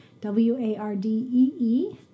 w-a-r-d-e-e